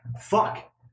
Fuck